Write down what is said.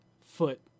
foot